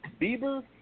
Bieber